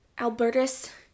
Albertus